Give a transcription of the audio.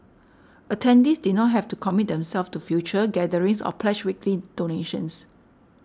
attendees did not have to commit themselves to future gatherings or pledge weekly donations